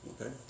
Okay